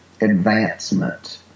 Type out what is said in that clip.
advancement